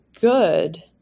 good